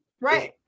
Right